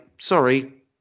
sorry